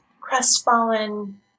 crestfallen